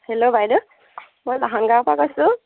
hello বাইদেউ মই লাহন গাঁৱৰ পৰা কৈছোঁ